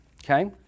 Okay